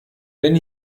wenn